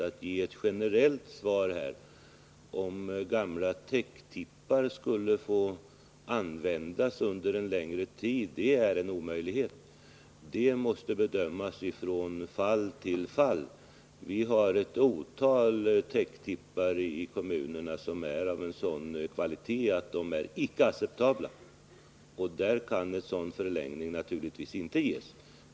Att ge ett generellt svar på frågan, om gamla täcktippar kan få användas under en längre tid, är en omöjlighet. Det måste bedömas från fall till fall. I kommunerna finns ett antal täcktippar av sådan kvalitet att de inte är acceptabla. Där kan förlängningstillstånd naturligtvis inte ges.